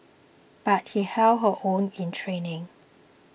but she held her own in training